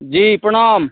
जी प्रणाम